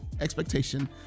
expectation